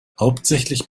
hauptsächlich